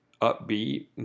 Upbeat